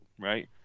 right